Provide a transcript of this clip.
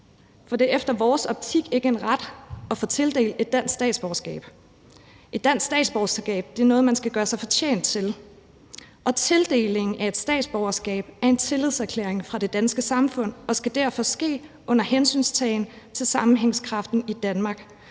for det er efter vores optik ikke en ret at få tildelt et dansk statsborgerskab. Et dansk statsborgerskab er noget, man skal gøre sig fortjent til, og tildeling af et statsborgerskab er en tillidserklæring fra det danske samfund og skal derfor ske under hensyntagen til sammenhængskraften i Danmark